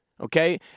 okay